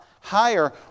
higher